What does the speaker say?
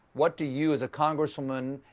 what do you as a congresswoman,